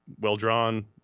well-drawn